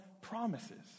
promises